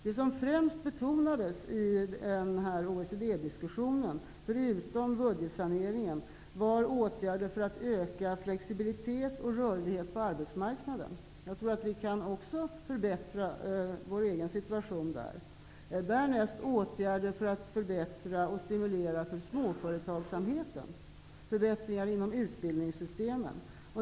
Det som främst betonades vid OECD-mötet, förutom budgetsaneringen, var åtgärder för att öka flexibilitet och rörlighet på arbetsmarknaden. Jag tror att vi också kan förbättra vår egen situation på det området. Därnäst betonades åtgärder för att förbättra och stimulera småföretagsamheten och förbättringar inom utbildningssystemen.